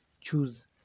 choose